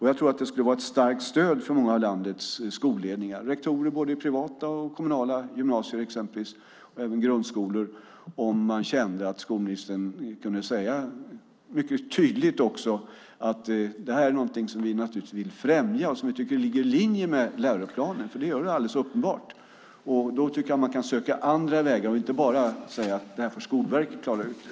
Jag tror att det skulle vara ett starkt stöd för många av landets skolledningar, för rektorer i både privata och kommunala gymnasier och även grundskolor, om skolministern kunde säga mycket tydligt att det här är någonting som vi vill främja och som vi tycker ligger i linje med läroplanen, för det gör det alldeles uppenbart. Då tycker jag att man kan söka andra vägar och inte bara säga att Skolverket får klara ut det.